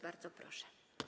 Bardzo proszę.